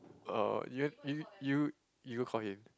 uh you you you you go call him